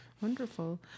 Wonderful